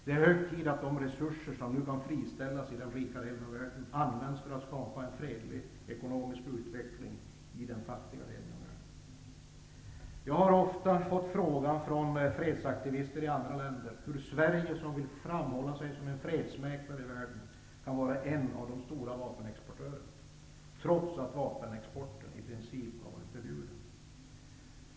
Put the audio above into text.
Det är hög tid att de resurser som nu kan friställas i den rika delen av världen används för att skapa en fredlig ekonomisk utveckling i den fattiga delen av världen. Jag har ofta fått frågan från fredsaktivister i andra länder hur Sverige, som vill framhålla sig som en fredsmäklare i världen, kan vara en av de stora vapenexportörerna trots att vapenexport i princip varit förbjuden.